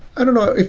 i don't know.